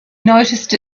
noticed